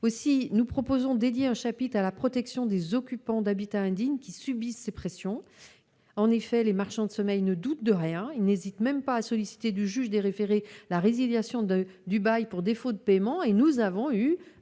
fait. Nous proposons de consacrer un chapitre à la protection des occupants d'habitat indigne qui subissent ces pressions. En effet, les marchands de sommeil ne doutent de rien et certains n'ont pas hésité à solliciter du juge des référés la résiliation du bail pour défaut de paiement au cours d'une